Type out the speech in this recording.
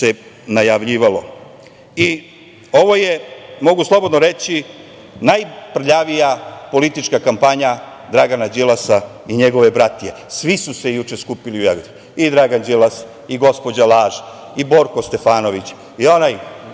je, mogu slobodno reći, najprljavija politička kampanja Dragana Đilasa i njegove bratije. Svi su se juče skupili u Jagodini, i Dragan Đilas, i gospođa laž, Borko Stefanović,